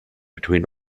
between